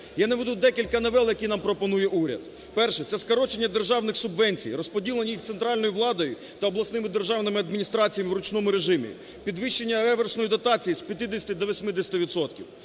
Я наведу декілька новел, які нам пропонує уряд. Перше - це скорочення державних субвенцій, розподілення їх центральною владою та обласними державними адміністраціями "в ручному режимі", підвищення реверсної дотації з 50 до 80